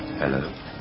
Hello